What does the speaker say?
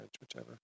whichever